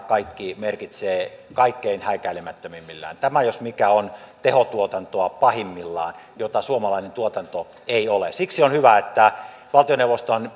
kaikki merkitsee kaikkein häikäilemättömimmillään tämä jos mikä on tehotuotantoa pahimmillaan jota suomalainen tuotanto ei ole siksi on hyvä että on valtioneuvoston